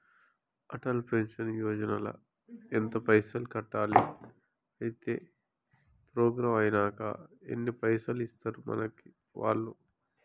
Atal pension Yojana ల ఎంత పైసల్ కట్టాలి? అత్తే ప్రోగ్రాం ఐనాక ఎన్ని పైసల్ ఇస్తరు మనకి వాళ్లు?